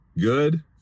Good